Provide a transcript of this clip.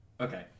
Okay